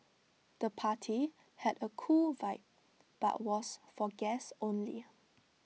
the party had A cool vibe but was for guests only